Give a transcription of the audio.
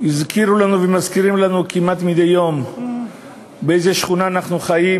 הזכירו לנו ומזכירים לנו כמעט מדי יום באיזו שכונה אנחנו חיים,